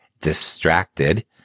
distracted